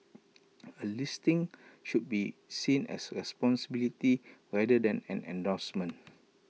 A listing should be seen as A responsibility rather than an endorsement